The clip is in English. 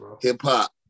Hip-Hop